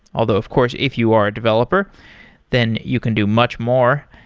although of course, if you are a developer then you can do much more.